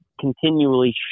continually